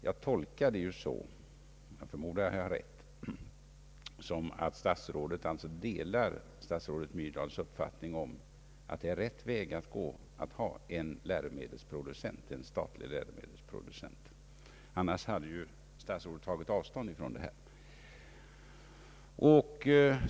Jag tolkar det så — och jag förmodar att jag har rätt — att statsrådet delar statsrådet Myrdals uppfattning att det är rätt väg att gå att ha en statlig läromedelsproducent. Annars hade ju statsrådet tagit avstånd från den uppfattningen.